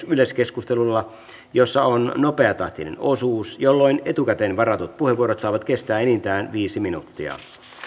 yleiskeskustelulla jossa on nopeatahtinen osuus jolloin etukäteen varatut puheenvuorot saavat kestää enintään viisi minuuttia